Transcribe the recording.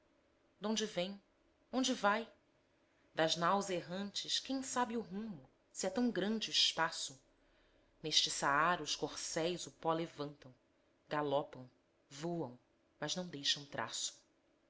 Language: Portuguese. donde vem onde vai das naus errantes quem sabe o rumo se é tão grande o espaço neste saara os corcéis o pó levantam galopam voam mas não deixam traço